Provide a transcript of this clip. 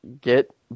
get